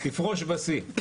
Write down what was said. תפרוש בשיא.